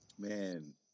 Man